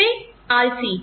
दूसरे आलसी